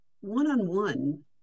one-on-one